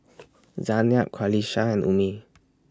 Zaynab Qalisha and Ummi